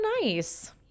nice